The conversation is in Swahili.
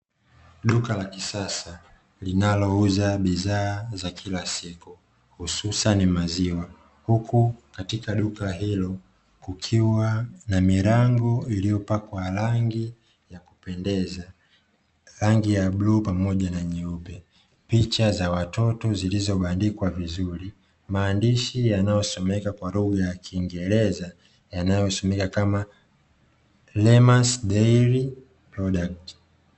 Duka la kisasa linalouza bidhaa za kila siku hususani maziwa huku katika duka hilo kukiwa na milango iliyopakwa rangi ya kupendeza. Rangi ya bluu pamoja na nyeupe, picha za watoto zilizobandikwa vizuri na maandishi yanayosomeka kwa lugha ya kingereza, yanayosomeka kama "lemas daily product".